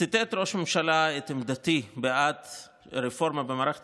ציטט ראש הממשלה את עמדתי בעד הרפורמה במערכת